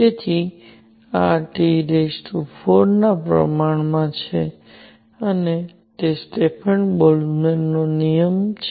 તેથી આ T4 ના પ્રમાણમાં છે અને તે સ્ટેફન બોલ્ટ્ઝમેન નિયમ છે